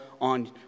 on